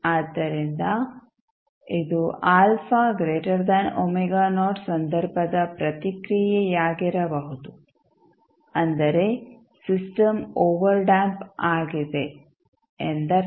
ಆದ್ದರಿಂದ ಇದು ಸಂದರ್ಭದ ಪ್ರತಿಕ್ರಿಯೆಯಾಗಿರಬಹುದು ಅಂದರೆ ಸಿಸ್ಟಮ್ ಓವರ್ಡ್ಯಾಂಪ್ ಆಗಿದೆ ಎಂದರ್ಥ